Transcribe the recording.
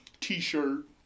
t-shirt